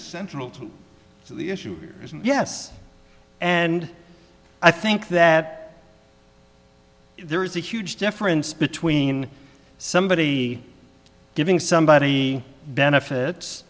issue yes and i think that there is a huge difference between somebody giving somebody benefits